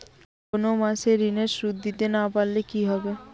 কোন মাস এ ঋণের সুধ দিতে না পারলে কি হবে?